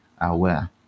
aware